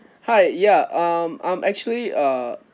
hi ya um I'm actually uh